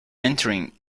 entering